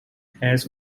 has